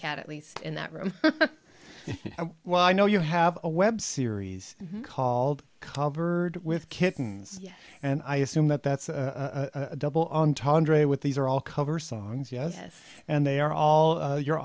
cat at least in that room well i know you have a web series called called bird with kittens and i assume that that's a double entendre with these are all cover songs yes and they are all your